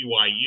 BYU